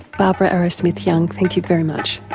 barbara arrowsmith-young thank you very much.